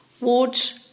watch